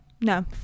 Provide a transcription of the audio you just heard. No